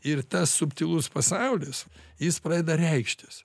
ir tas subtilus pasaulis jis pradeda reikštis